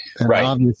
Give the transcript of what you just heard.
Right